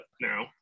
now